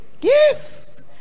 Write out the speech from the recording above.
yes